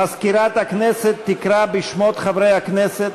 מזכירת הכנסת תקרא בשמות חברי הכנסת,